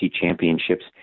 championships